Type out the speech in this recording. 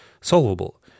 solvable